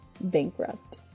bankrupt